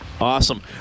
Awesome